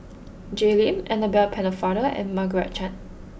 Jay Lim Annabel Pennefather and Margaret Chan